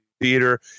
theater